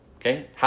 Okay